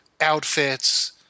outfits